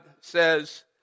says